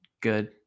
good